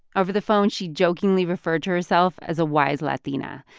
over the phone she jokingly referred to herself as a wise latina.